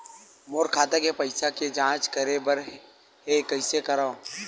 मोर खाता के पईसा के जांच करे बर हे, कइसे करंव?